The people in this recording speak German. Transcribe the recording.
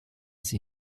sie